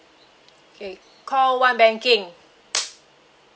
okay call one banking